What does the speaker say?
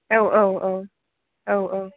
औ औ औ औ औ